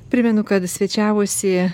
primenu kad svečiavosi